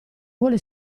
vuole